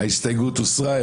ההסתייגות הוסרה.